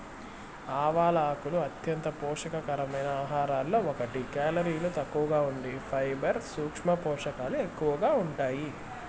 ఆవాల ఆకులు అంత్యంత పోషక కరమైన ఆహారాలలో ఒకటి, కేలరీలు తక్కువగా ఉండి ఫైబర్, సూక్ష్మ పోషకాలు ఎక్కువగా ఉంటాయి